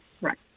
Right